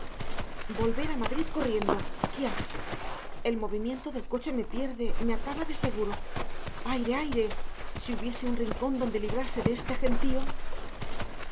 volver a madrid corriendo quia el movimiento del coche me pierde me acaba de seguro aire aire si hubiese un rincón donde librarse de este